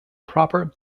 proper